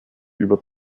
über